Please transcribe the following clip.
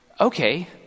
okay